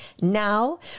now